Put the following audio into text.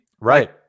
Right